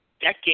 decade